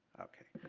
okay.